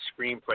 screenplay